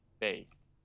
based